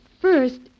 First